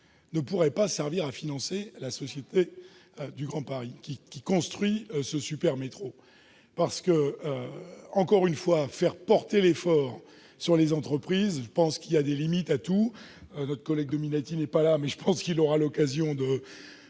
ne pourrait pas servir à financer la Société du Grand Paris qui construit ce supermétro ? Encore une fois, faire porter l'effort sur les entreprises me semble déraisonnable. Il y a des limites à tout. Notre collègue Dominati n'est pas là, mais je pense qu'il aura l'occasion de